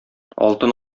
алтын